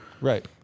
Right